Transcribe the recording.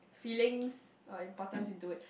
feelings or importance into it